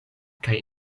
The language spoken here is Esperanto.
kaj